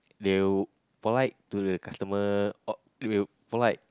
they will polite to the customer they will polite